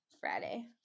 Friday